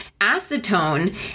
acetone